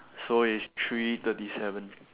so it's three thirty seven